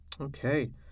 Okay